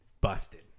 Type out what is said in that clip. busted